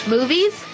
movies